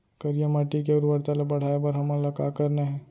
करिया माटी के उर्वरता ला बढ़ाए बर हमन ला का करना हे?